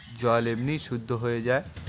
জল এমনি শুদ্ধ হয়ে যায়